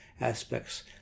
aspects